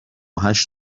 هشت